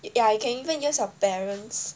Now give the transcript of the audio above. ya you can even use your parents